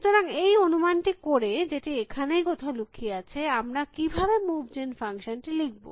সুতরাং এই অনুমানটি করে যেটি এখানেই কোথাও লুকিয়ে আছে আমরা কিভাবে মুভ জেন ফাংশন টি লিখব